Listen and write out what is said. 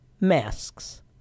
masks